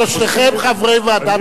שלושתכם חברי ועדת חוץ וביטחון,